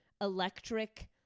electric